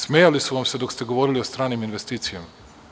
Smejali su vam se dok ste govorili o stranim investicijama.